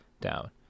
down